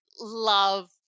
love